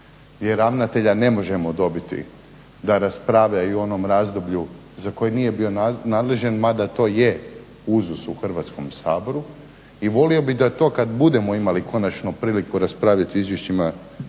jer ravnatelja ne možemo dobiti da raspravlja i o onom razdoblju za koje nije bio nadležan mada to je uzus u Hrvatskom saboru i volio bi da to kada budemo imali konačno priliku raspravljati o izvješćima